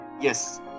Yes